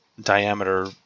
diameter